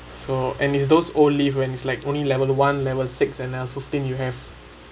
so and it's those old lift when it's like only level one level six and level fifteen you have